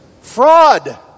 fraud